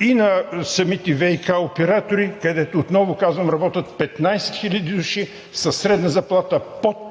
и на самите ВиК оператори, където отново казвам работят 15 хиляди души със средна заплата под